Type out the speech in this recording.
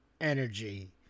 energy